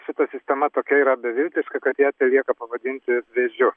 šita sistema tokia yra beviltiška kad ją telieka pavadinti vėžiu